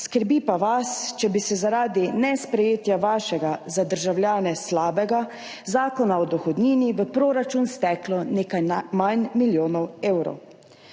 skrbi pa vas, če bi se zaradi nesprejetja vašega, za državljane slabega zakona o dohodnini v proračun steklo nekaj manj milijonov evrov.